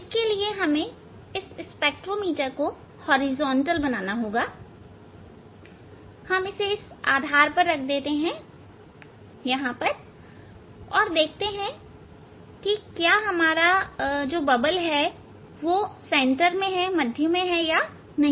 इसके लिए हमें इस स्पेक्ट्रोमीटर को हॉरिजॉन्टल बनाना होगा हम इसे इस आधार पर रख देते हैं और देखते हैं कि क्या आपका बबल मध्य में है या नहीं